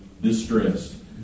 distressed